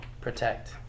protect